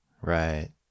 Right